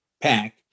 pack